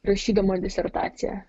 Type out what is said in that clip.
rašydama disertaciją